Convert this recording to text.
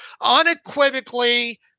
Unequivocally